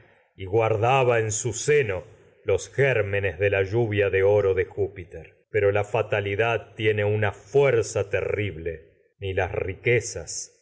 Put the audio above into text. y guardaba júpiter las en los gérmenes de la lluvia tiene una de pero la fatalidad fuerza terrible ni riquezas